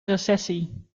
recessie